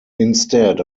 instead